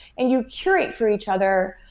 and you curate for each other,